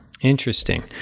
Interesting